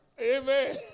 Amen